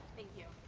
thank you.